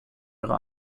ihre